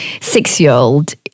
six-year-old